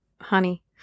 honey